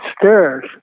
stairs